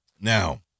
Now